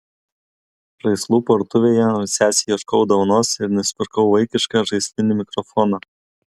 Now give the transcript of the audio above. žaislų parduotuvėje sesei ieškojau dovanos ir nusipirkau vaikišką žaislinį mikrofoną